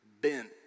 bent